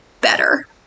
better